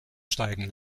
steigen